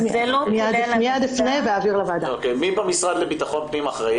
מי במשרד לביטחון הפנים אחראי